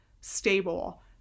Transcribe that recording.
stable